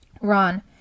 Ron